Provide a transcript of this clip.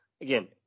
Again